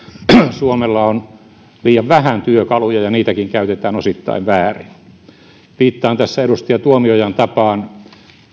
suomella on liian vähän työkaluja ja niitäkin käytetään osittain väärin edustaja tuomiojan tapaan